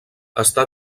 està